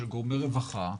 של גורמי רווחה,